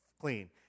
clean